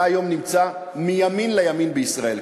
אתה היום נמצא מימין לימין בישראל,